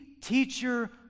teacher